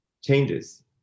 changes